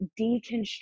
deconstruct